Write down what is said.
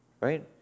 Right